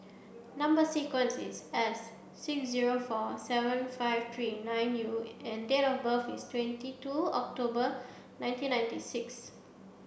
number sequence is S six zero four seven five three nine U and date of birth is twenty two October nineteen ninety six